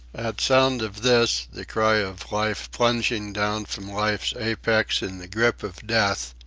at sound of this, the cry of life plunging down from life's apex in the grip of death,